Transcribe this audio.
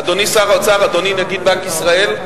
אדוני שר האוצר, אדוני נגיד בנק ישראל,